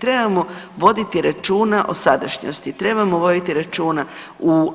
Trebamo voditi računa o sadašnjosti, trebamo voditi računa o